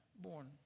born